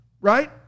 Right